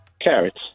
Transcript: Carrots